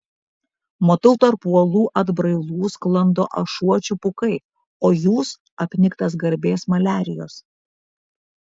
matau tarp uolų atbrailų sklando ašuočių pūkai o jūs apniktas garbės maliarijos